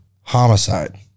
Homicide